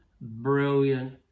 brilliant